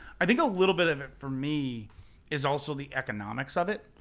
i think a little bit of it for me is also the economics of it.